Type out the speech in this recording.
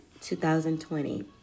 2020